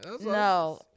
No